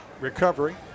recovery